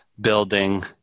building